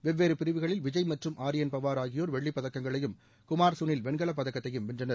வெவ்வேறு பிரிவுகளில் விஜய் மற்றும் ஆர்யன்பவார் ஆகியோர் வெள்ளிப்பதக்கங்களையும் குமார் சுனில் வெண்கலப்பதக்கத்தையும் வென்றனர்